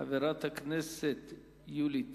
חברת הכנסת יולי תמיר.